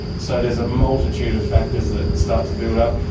so there's a multitude of factors that start to build up.